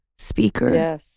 speaker